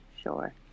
sure